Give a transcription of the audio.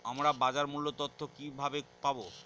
আমরা বাজার মূল্য তথ্য কিবাবে পাবো?